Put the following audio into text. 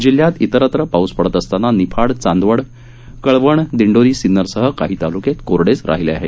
जिल्ह्यात इतरत्र पाऊस पडत असताना निफाड चांदवड कळवण दिंडोरी सिन्नरसह काही ताल्के कोरडेच राहिले आहेत